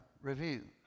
review